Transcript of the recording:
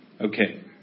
Okay